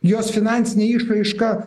jos finansinė išraiška